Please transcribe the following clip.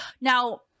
Now